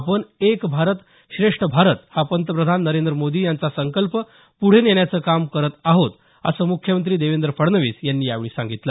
आपण एक भारत श्रेष्ठ भारत हा पंतप्रधान नरेंद्र मोदी यांचा संकल्प पुढे नेण्याचे काम करीत आहोत असं मुख्यमंत्री देवेंद्र फडणवीस यांनी यावेळी सांगितलं